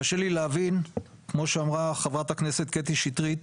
קשה לי להבין, כמו שאמרה חברת הכנסת קטי שטרית,